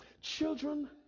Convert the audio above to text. Children